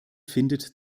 findet